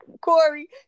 Corey